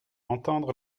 entendre